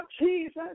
Jesus